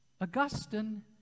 Augustine